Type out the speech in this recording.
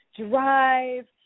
drive